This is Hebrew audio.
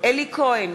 אלי כהן,